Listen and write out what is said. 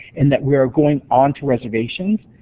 in that we're going onto reservations.